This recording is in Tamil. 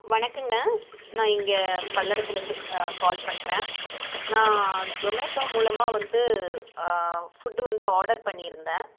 வணக்கங்க நான் இங்கே பல்லடத்திலருந்து கால் பண்ணுறேன் நான் ஜொமேட்டோ மூலமாக வந்து ஃபுட் வந்து ஆர்டர் பண்ணியிருந்தேன்